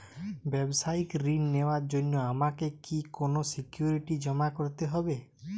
ব্যাবসায়িক ঋণ নেওয়ার জন্য আমাকে কি কোনো সিকিউরিটি জমা করতে হবে?